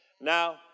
Now